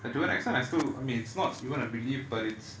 and to an extent I still I mean it's not even a believe but it's